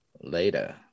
later